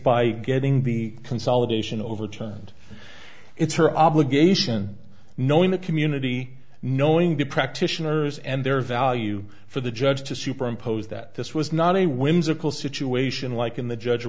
by getting the consolidation overturned it's her obligation knowing the community knowing the practitioners and their value for the judge to superimpose that this was not a whimsical situation like in the judge